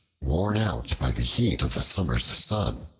worn out by the heat of the summer's sun,